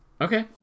Okay